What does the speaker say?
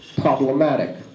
problematic